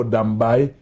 Dambai